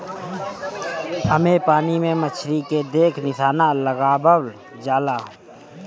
एमे पानी में मछरी के देख के निशाना लगावल जाला